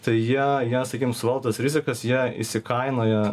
tai jie jie sakym suvaldo tas rizikas jie įsikainoja